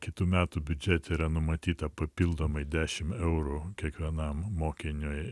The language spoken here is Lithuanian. kitų metų biudžete yra numatyta papildomai dešim eurų kiekvienam mokiniui